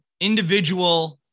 individual